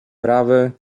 prawy